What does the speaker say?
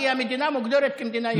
כי המדינה מוגדרת כמדינה יהודית.